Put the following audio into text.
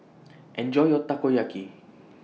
Enjoy your Takoyaki